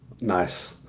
Nice